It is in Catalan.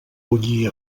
bullir